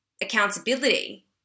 accountability